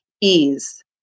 ease